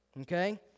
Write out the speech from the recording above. Okay